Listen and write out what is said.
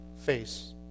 face